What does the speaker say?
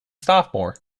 sophomore